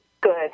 Good